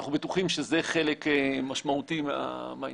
אנחנו בטוחים שזה חלק משמעותי מהעניין.